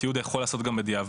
התיעוד יכול להיעשות גם בדיעבד.